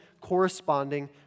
corresponding